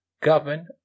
govern